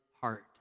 heart